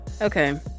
Okay